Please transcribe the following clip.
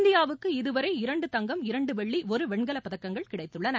இந்தியாவுக்கு இதுவரை இரண்டு தங்கம் இரண்டு வெள்ளி ஒரு வெண்கலப் பதக்கங்கள் கிடைத்கள்ளன